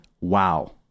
wow